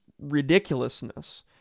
ridiculousness